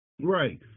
Right